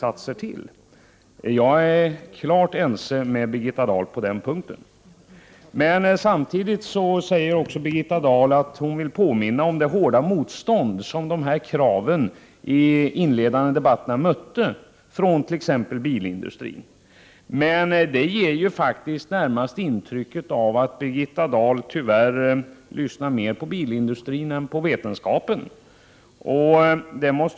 Jag är helt enig med Birgitta Dahl på den punkten. Samtidigt säger Birgitta Dahl att hon vill påminna om det hårda motstånd som dessa krav mötte från t.ex. bilindustrin i de inledande debatterna. Det ger närmast ett intryck av att Birgitta Dahl tyvärr lyssnar mer på bilindustrin än på vetenskapen.